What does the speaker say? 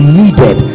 needed